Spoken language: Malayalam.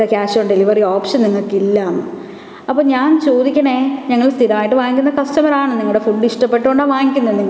ക്യാഷ് ഓൺ ഡെലിവറി ഓപ്ഷൻ നിങ്ങള്ക്കില്ലാന്ന് അപ്പോള് ഞാൻ ചോദിക്കണേ ഞങ്ങള് സ്ഥിരമായിട്ട് വാങ്ങിക്കുന്ന കസ്റ്റമർ ആണ് നിങ്ങളുടെ ഫുഡ് ഇഷ്ടപ്പെട്ടത് കൊണ്ടാണ് വാങ്ങിക്കുന്നേ